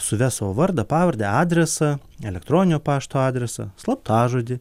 suvesk savo vardą pavardę adresą elektroninio pašto adresą slaptažodį